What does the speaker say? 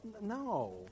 no